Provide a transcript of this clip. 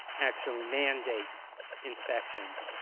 actually mandate inspections.